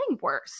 worse